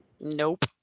Nope